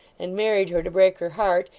and married her to break her heart,